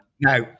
Now